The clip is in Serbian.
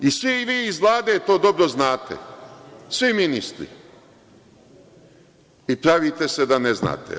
Svi vi iz Vlade to dobro znate, svi ministri, i pravite se da ne znate.